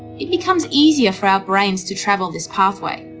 it becomes easier for our brains to travel this pathway.